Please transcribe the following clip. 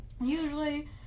Usually